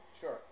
Sure